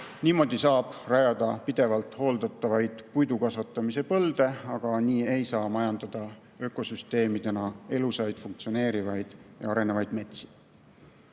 Niimoodi saab rajada pidevalt hooldatavaid puidukasvatamise põlde, aga nii ei saa majandada ökosüsteemidena elusaid, funktsioneerivaid ja arenevaid metsi. Nende